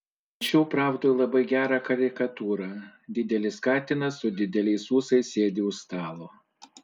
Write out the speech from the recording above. mačiau pravdoj labai gerą karikatūrą didelis katinas su dideliais ūsais sėdi už stalo